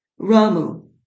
Ramu